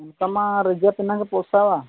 ᱚᱱᱠᱟ ᱢᱟ ᱨᱤᱡᱟᱵᱽ ᱟᱱᱟᱝ ᱜᱮ ᱯᱚᱥᱟᱣᱟ